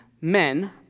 men